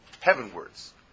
heavenwards